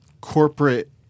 corporate